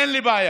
אין לי בעיה.